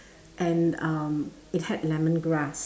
and um it had lemongrass